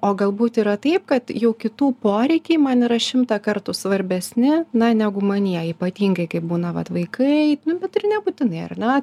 o galbūt yra taip kad jau kitų poreikiai man yra šimtą kartų svarbesni na negu manieji ypatingai kai būna vat vaikai nu bet ir nebūtinai ar na